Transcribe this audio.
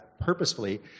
purposefully